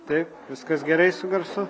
taip viskas gerai su garsu